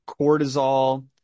cortisol